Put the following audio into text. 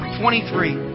twenty-three